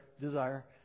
desire